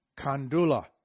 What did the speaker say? Kandula